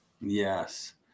Yes